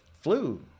flu